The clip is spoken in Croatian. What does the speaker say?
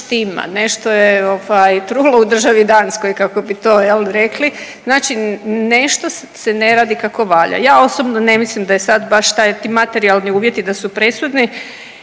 nešto je ovaj trulo u državi Danskoj, kako bi to, je li, rekli, znači nešto se ne radi kako valja. Ja osobno ne mislim da je sad baš taj, ti materijalni uvjeti da su presudni